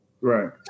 Right